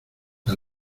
que